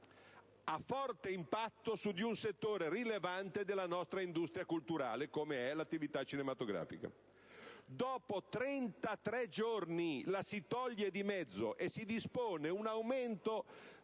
a forte impatto su un settore rilevante della nostra industria culturale, come è l'attività cinematografica. Dopo 33 giorni la si toglie di mezzo e si dispone un aumento